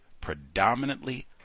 predominantly